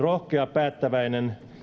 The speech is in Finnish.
päättäväinen